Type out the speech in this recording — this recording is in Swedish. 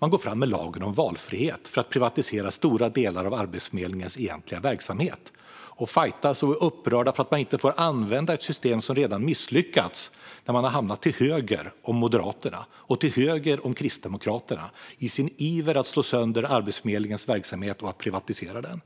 Man går fram med lagen om valfrihet för att privatisera stora delar av Arbetsförmedlingens egentliga verksamhet, och man fajtas och är upprörd för att man inte får använda ett system som redan misslyckats. Man har hamnat till höger om både Moderaterna och Kristdemokraterna i sin iver att slå sönder Arbetsförmedlingens verksamhet och privatisera den.